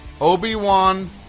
Obi-Wan